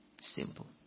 Simple